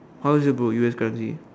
how is it bro U_S currency